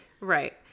right